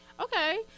Okay